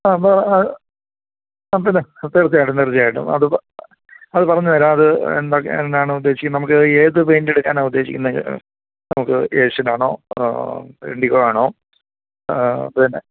ആ അത് ആ പിന്നെ തീർച്ചയായിട്ടും തീർച്ചയായിട്ടും അത് അത് പറഞ്ഞ് തരാം അത് എന്തൊക്കെയാണ് എന്താണ് ഉദ്ദേശിക്കുന്നത് നമുക്ക് ഏത് പെയിൻറ് എടുക്കാൻ ഉദ്ദേശിക്കുന്നത് അത് നമുക്ക് ഏഷ്യൻ ആണോ അതൊ ഇൻഡിഗോ ആണോ ആ പിന്നെ